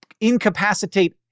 Incapacitate